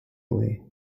away